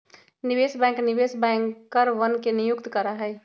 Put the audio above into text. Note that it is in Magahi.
निवेश बैंक निवेश बैंकरवन के नियुक्त करा हई